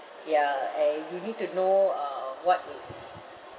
ya and you need to know uh what is